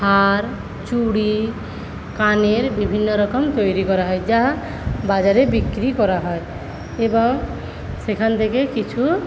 হার চুরি কানের বিভিন্ন রকম তৈরি করা হয় যা বাজারে বিক্রি করা হয় এবং সেখান থেকে কিছু